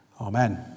Amen